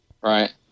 Right